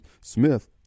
Smith